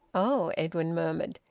oh! edwin murmured.